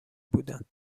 بودند